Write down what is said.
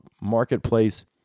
Marketplace